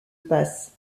passe